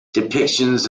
depictions